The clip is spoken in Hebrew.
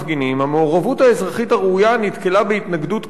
המעורבות האזרחית הראויה נתקלה בהתנגדות קשה.